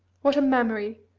what a memory!